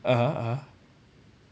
(uh huh) (uh huh)